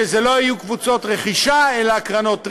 שאלו לא יהיו קבוצות רכישה אלא קרנות ריט,